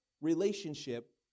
relationship